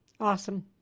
Awesome